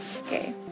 okay